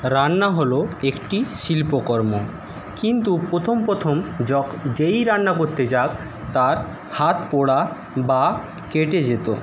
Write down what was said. রান্না হল একটি শিল্পকর্ম কিন্তু প্রথম প্রথম যখন যেই রান্না করতে যাক তার হাত পোড়া বা কেটে যেত